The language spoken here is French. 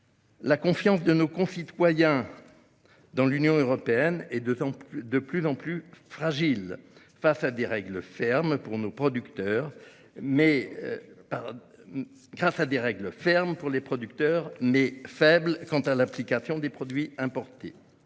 La confiance de nos concitoyens dans l'Union européenne est de plus en plus fragile, face à des règles fermes pour nos producteurs, mais faibles quant à leur application à des produits importés.